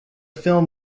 film